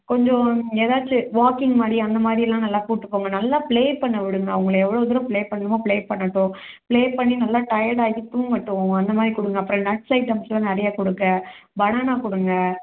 கொஞ்சம் ஏதாச்சு வாக்கிங் மாதிரி அந்த மாதிரி எல்லாம் நல்லா கூட்டு போங்க நல்லா ப்ளே பண்ண விடுங்க அவங்கள எவ்வளோ தூரம் ப்ளே பண்ணுமோ ப்ளே பண்ணட்டும் ப்ளே பண்ணி நல்லா டயட் ஆகி தூங்கட்டும் அந்த மாதிரி கொடுங்க அப்புறம் நட்ஸ் ஐட்டம்ஸெலாம் நிறையா கொடுங்க பனானா கொடுங்க